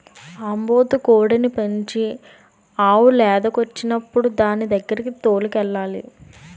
ఆంబోతు కోడిని పెంచి ఆవు లేదకొచ్చినప్పుడు దానిదగ్గరకి తోలుకెళ్లాలి